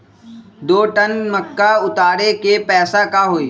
दो टन मक्का उतारे के पैसा का होई?